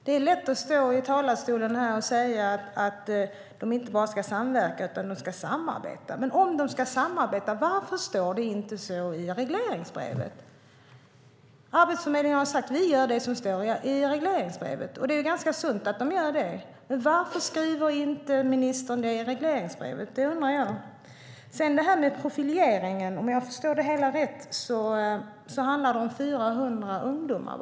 Det är lätt att stå i talarstolen här och säga att de inte bara ska samverka utan samarbeta. Men om de ska samarbeta, varför står det inte så i regleringsbrevet? Arbetsförmedlingen har sagt att de gör det som står i regleringsbrevet, och det är ganska sunt att de gör det. Varför skriver inte ministern detta i regleringsbrevet? Det undrar jag. Om jag har förstått det hela rätt handlar profileringen bara om 400 ungdomar.